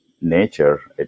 nature